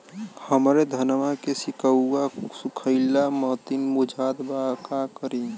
हमरे धनवा के सीक्कउआ सुखइला मतीन बुझात बा का करीं?